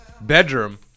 bedroom